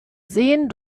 sehen